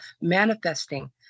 Manifesting